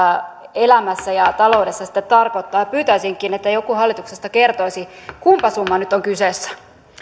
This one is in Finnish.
elämässä ja taloudessa sitten tarkoittaa pyytäisinkin että joku hallituksesta kertoisi kumpi summa nyt on kyseessä